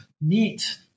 meet